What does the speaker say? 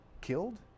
killed